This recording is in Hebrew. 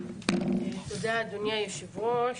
תודה אדוני היושב ראש.